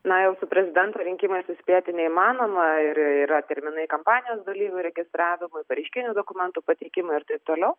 na jau su prezidento rinkimasis suspėti neįmanoma ir yra terminai kampanijos dalyvių registravimui pareiškinių dokumentų pateikimui ir taip toliau